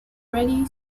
ready